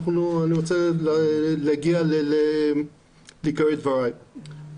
אני רוצה להגיע לעיקרי דבריי.